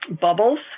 bubbles